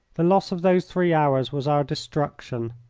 the loss of those three hours was our destruction.